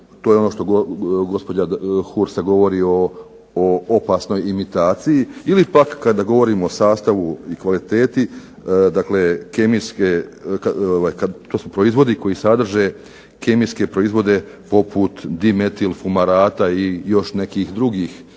to je ono što je gospođa Hursa govorila o opasnoj imitaciji ili pak kada govorimo o sastavu i kvaliteti, to su proizvodi koji sadrže kemijske proizvode poput dimetilfumarata ili još nekih drugih